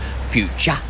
future